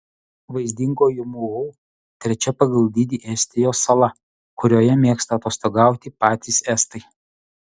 vaizdingoji muhu trečia pagal dydį estijos sala kurioje mėgsta atostogauti patys estai